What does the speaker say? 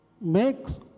makes